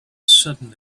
sudden